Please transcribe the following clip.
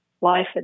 Life